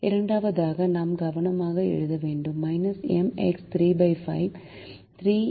இரண்டாவதாக நாம் கவனமாக எழுத வேண்டும் M x 35 3M 5 145